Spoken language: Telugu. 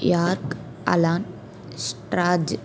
York Alan Strauss